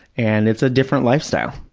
and it's a different lifestyle.